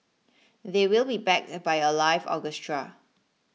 they will be backed by a live orchestra